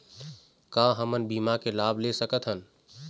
का हमन बीमा के लाभ ले सकथन?